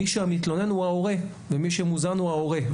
מי שהמתלונן הוא ההורה ומי שמוזן הוא ההורה,